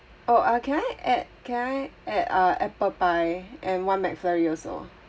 oh uh can I add can I add a apple pie and one mcflurry also